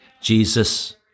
Jesus